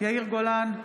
יאיר גולן,